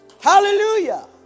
hallelujah